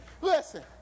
Listen